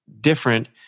different